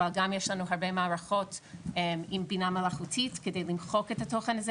אבל גם יש לנו הרבה מערכות עם בינה מלכותית כדי למחוק את התוכן הזה,